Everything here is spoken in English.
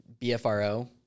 BFRO